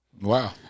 Wow